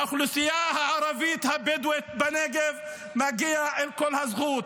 לאוכלוסייה הערבית הבדואית בנגב מגיעה כל הזכות.